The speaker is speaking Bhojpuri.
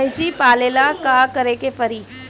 भइसी पालेला का करे के पारी?